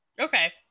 Okay